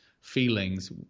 feelings